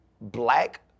black